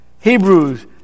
Hebrews